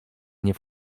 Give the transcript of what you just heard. nie